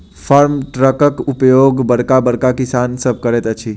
farm ट्रकक उपयोग बड़का बड़का किसान सभ करैत छथि